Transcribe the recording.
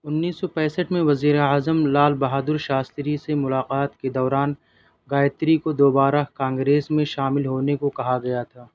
انیس سو پینسٹھ میں وزیر اعظم لال بہادر شاستری سے ملاقات کے دوران گایتری کو دوبارہ کانگریس میں شامل ہونے کو کہا گیا تھا